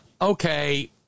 okay